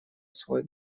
свой